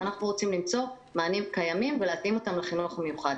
אנחנו רוצים למצוא מענה קיים ולהתאים אותו לחינוך המיוחד.